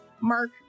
Mark